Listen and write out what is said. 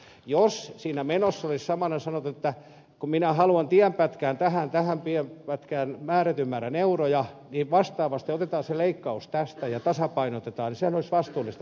jos sen menon kohdalla olisi samalla sanottu että kun minä haluan tähän ja tähän tienpätkään määrätyn määrän euroja niin vastaavasti otetaan se leikkaus tästä ja tasapainotetaan niin sehän olisi ollut vastuullista politiikkaa